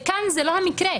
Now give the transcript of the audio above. וכאן זה לא המקרה.